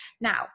Now